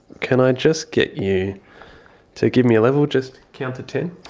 can i just get you to give me a level, just count to ten?